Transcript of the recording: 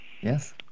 Yes